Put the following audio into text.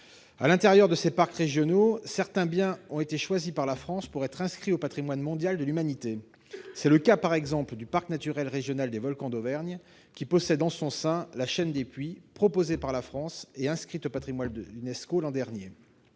À l'intérieur de ces parcs, certains biens ont été choisis par la France pour être inscrits au patrimoine mondial de l'humanité. C'est le cas, par exemple, du parc naturel régional des volcans d'Auvergne, qui possède en son sein la chaîne des Puys, proposée par la France et inscrite au patrimoine de l'Unesco l'an dernier.